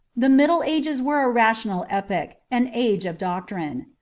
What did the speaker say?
the middle ages were a rational epoch, an age of doctrine.